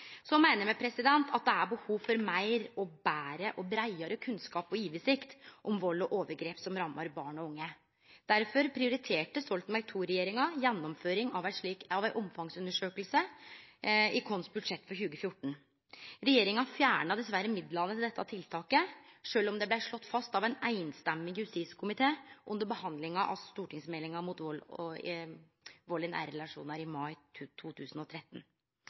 Så meiner me at det er behov for meir, betre og breiare kunnskap og oversikt om vald og overgrep som rammar barn og unge. Derfor prioriterte Stoltenberg II-regjeringa gjennomføring av ei omfangsundersøking i vårt budsjett for 2014. Regjeringa fjerna dessverre midlane til dette tiltaket, sjølv om behovet blei slått fast av ein samrøystes justiskomité under behandlinga i mai 2013